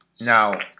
Now